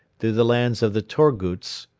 through the lands of the torguts,